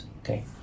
okay